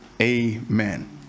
Amen